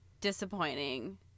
disappointing